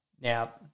Now